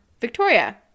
victoria